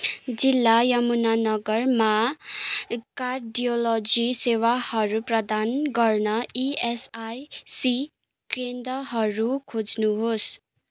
जिल्ला यमुनानगरमा कार्डियोलोजी सेवाहरू प्रदान गर्ने इएसआइसी केन्द्रहरू खोज्नुहोस्